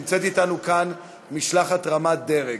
נמצאת אתנו כאן משלחת רמת דרג.